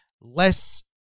less